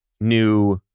new